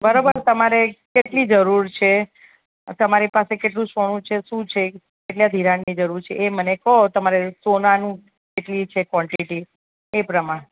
બરાબર તમારે કેટલી જરૂર છે તમારી પાસે કેટલું સોનું છે શું છે કેટલાં ધિરાણની જરૂર છે એ મને કહો તમારે સોનાનું કેટલી છે કોનટીટી એ પ્રમાણ